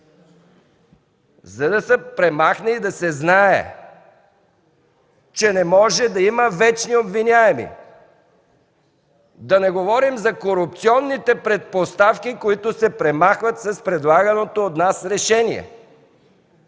за да се премахне и да се знае, че не може да има вечни обвиняеми? Да не говорим за корупционните предпоставки, които се премахват с предлаганото от нас решение